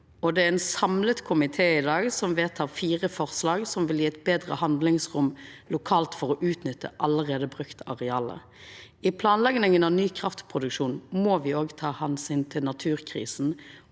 det er ein samla komité som i dag vedtek fire forslag som vil gje eit betre handlingsrom lokalt for å utnytta allereie brukte areal. I planlegginga av ny kraftproduksjon må me òg ta omsyn til naturkrisa